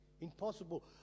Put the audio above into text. impossible